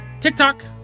TikTok